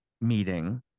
meeting